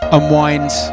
Unwind